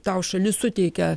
tau šalis suteikia